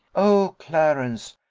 oh, clarence,